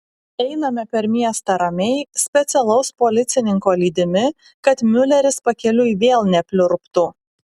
einame per miestą ramiai specialaus policininko lydimi kad miuleris pakeliui vėl nepliurptų